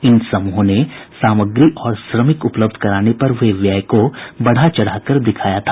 इन समूहों ने सामग्री और श्रमिक उपलब्ध कराने पर हुए व्यय को बढ़ा चढ़ाकर दिखाया था